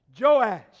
Joash